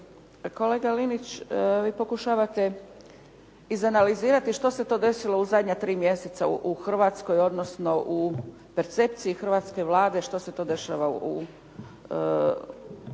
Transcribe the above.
Kolega Linić, vi pokušavate izanalizirati što se to desilo u zadnja tri mjeseca u Hrvatskoj odnosno u percepciji hrvatske Vlade što se to dešava u našoj